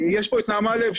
יש פה את נעמה לב,